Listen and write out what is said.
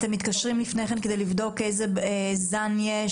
אתם מתקשרים לפני כן כדי לבדוק איזה זן יש,